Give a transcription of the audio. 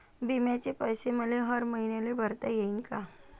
बिम्याचे पैसे मले हर मईन्याले भरता येईन का?